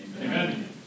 Amen